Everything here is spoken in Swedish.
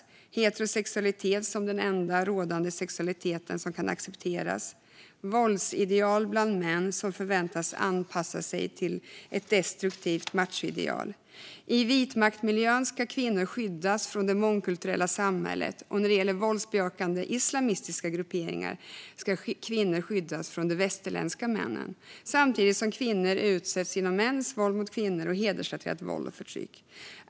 Heterosexualitet är den enda sexualiteten som kan accepteras. Det råder ett våldsideal bland män, som förväntas anpassa sig till ett destruktivt machoideal. I vit makt-miljön ska kvinnor skyddas från det mångkulturella samhället, och när det gäller våldsbejakande islamistiska grupperingar ska kvinnor skyddas från de västerländska männen - samtidigt som kvinnor utsätts för mäns våld mot kvinnor och hedersrelaterat våld och förtryck.